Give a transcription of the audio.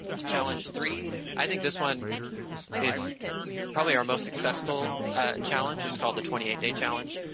and challenge three. i think this one is probably our most successful ah challenge. it's called the twenty eight day challenge,